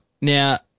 now